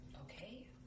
okay